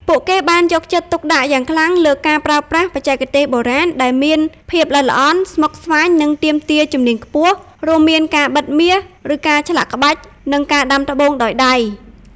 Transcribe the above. ពួកគេបានយកចិត្តទុកដាក់យ៉ាងខ្លាំងលើការប្រើប្រាស់ បច្ចេកទេសបុរាណ ដែលមានភាពល្អិតល្អន់ ស្មុគស្មាញ និងទាមទារជំនាញខ្ពស់ រួមមាន ការបិតមាស ការឆ្លាក់ក្បាច់ និងការដាំត្បូងដោយដៃ។